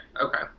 Okay